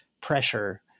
pressure